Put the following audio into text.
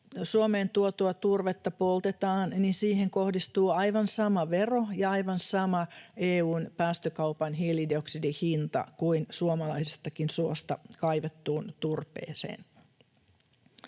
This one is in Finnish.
Suomeen tuotua turvetta poltetaan, niin siihen kohdistuu aivan sama vero ja aivan sama EU:n päästökaupan hiilidioksidihinta kuin suomalaisestakin suosta kaivettuun turpeeseen.